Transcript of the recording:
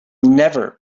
never